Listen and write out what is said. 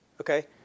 Okay